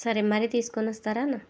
సరే మరి తీసుకుని వస్తారా అన్నా